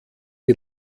die